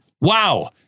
wow